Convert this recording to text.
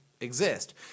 exist